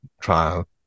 trial